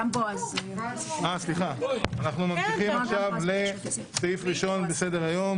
אנחנו ממשיכים לסעיף הבא בסדר-היום